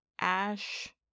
Ash